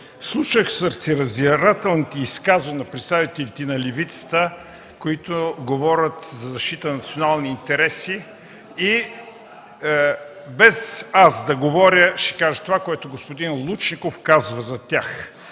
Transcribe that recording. Слушах сърцераздирателните изказвания на представителите на левицата, които говорят за защита на национални интереси. И без аз да говоря, ще кажа, което господин Лучников казва за тях: